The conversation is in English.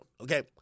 okay